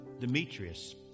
Demetrius